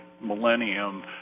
millennium